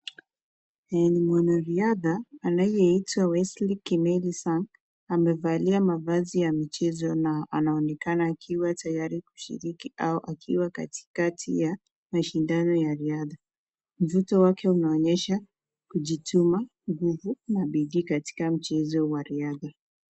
Ni mwanariadha anayeitwa Wesli Kimeli Sang. Amevalia mavazi ya michezo na anaonekana akiwa tayari kushirika au akiwa katika kati ya mashindano ya riadha. Mvuto wake unaonyesha kujituma, nguvu na bidii katika mchezo wa riadha.